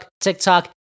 TikTok